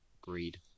greed